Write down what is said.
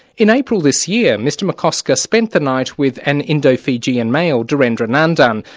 in april this year mr mccosker spent the night with an indo-fijian male, dhirendra nandan.